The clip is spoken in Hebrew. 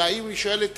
אלא אם היא שואלת,